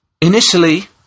Initially